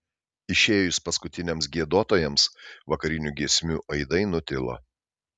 išėjus paskutiniams giedotojams vakarinių giesmių aidai nutilo